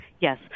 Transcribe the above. Yes